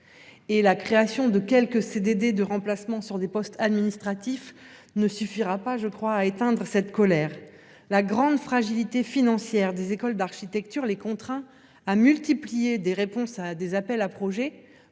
et la création de quelques CDD de remplacement sur des postes administratifs ne suffira pas, je crois à éteindre cette colère. La grande fragilité financière des écoles d'architecture les contraint à multiplier des réponses à des appels à projets,